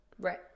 Right